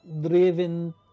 driven